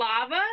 Lava